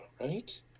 right